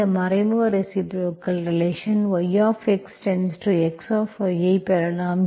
இந்த மறைமுக reciprocal relation y⟶x ஐப் பெறலாம்